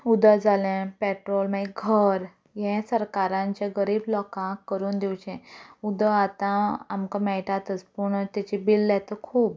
उदक जालें पेट्रोल मागीर घर हें सरकारान जे गरीब लोकांक करून दिवचें उदक आतां आमकां मेळटातच पूण तेजें बील येता खूब